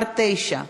מס' 9,